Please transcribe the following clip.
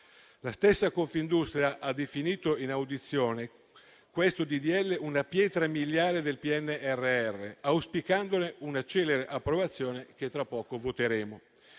La stessa Confindustria ha definito in audizione questo disegno di legge una pietra miliare del PNRR, auspicandone una celere approvazione, cui tra poco procederemo.